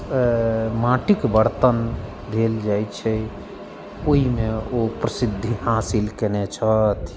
माटिके बर्तन देल जाइ छै ओहिमे ओ प्रसिद्धि हासिल केने छथि